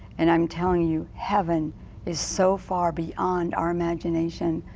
and i'm telling you heaven is so far beyond our imagination.